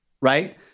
right